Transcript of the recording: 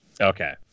Okay